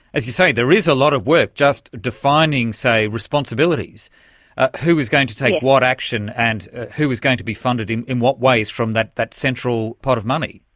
as you say, there is a lot of work just defining, say, responsibilities who is going to take what action and who is going to be funded in in what ways from that that central pot of money.